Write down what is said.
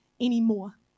anymore